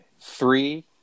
Three